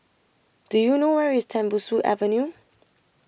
Do YOU know Where IS Tembusu Avenue